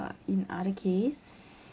in other case